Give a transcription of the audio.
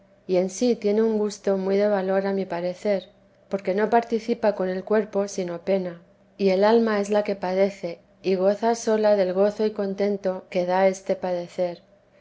y en sí tiene un gusto muy de valor a mi parecer porque no participa con el cuerpo sino pena y el alma es la que padece y goza sola del gozo y contento que da este padecer